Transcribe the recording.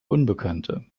unbekannte